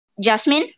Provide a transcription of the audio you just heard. Jasmine